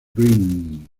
green